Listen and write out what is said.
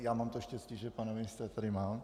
Já mám to štěstí, že pana ministra tady mám.